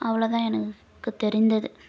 அவ்வளோதான் எனக்கு தெரிந்தது